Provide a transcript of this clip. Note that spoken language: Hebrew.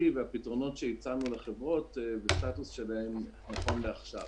והפתרונות שהצענו לחברות והסטטוס שלהן נכון לעכשיו.